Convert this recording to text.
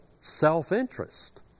self-interest